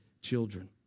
children